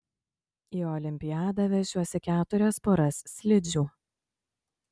į olimpiadą vešiuosi keturias poras slidžių